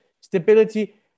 stability